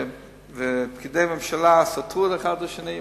ופקידי הממשלה סתרו אחד את השני,